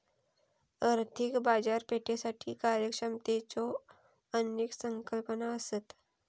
आर्थिक बाजारपेठेसाठी कार्यक्षमतेच्यो अनेक संकल्पना असत